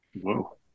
Whoa